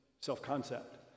self-concept